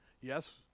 Yes